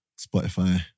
Spotify